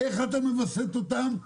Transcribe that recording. איך אתה מווסת אותם,